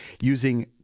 using